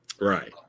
Right